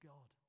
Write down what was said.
God